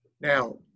Now